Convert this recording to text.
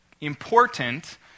important